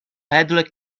peddler